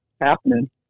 happening